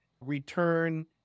return